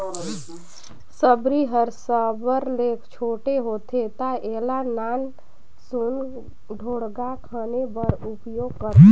सबरी हर साबर ले छोटे होथे ता एला नान सुन ढोड़गा खने बर उपियोग करथे